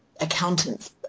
accountant's